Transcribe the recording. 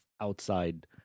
outside